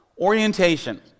Orientation